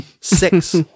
six